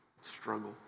struggle